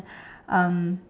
um